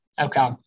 Okay